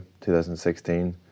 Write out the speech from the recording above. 2016